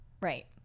right